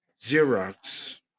Xerox